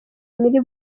nyiri